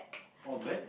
all black